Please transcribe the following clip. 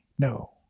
No